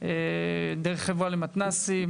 דרך החברה למתנ"סים